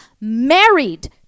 married